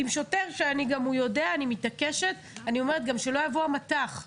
עם שוטר שאני מתעקשת גם שלא יבוא המת"ח,